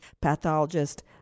pathologist